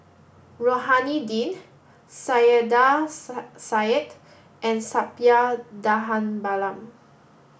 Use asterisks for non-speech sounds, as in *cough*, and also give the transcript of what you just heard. Rohani Din Saiedah *unintelligible* Said and Suppiah Dhanabalan